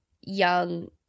young